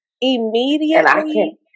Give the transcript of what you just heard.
Immediately